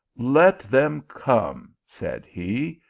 let them come, said he,